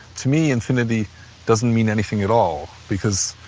to me, infinity doesn't mean anything at all because,